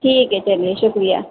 ٹھیک ہے چلیے شکریہ